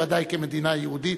בוודאי כמדינה יהודית.